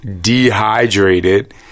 dehydrated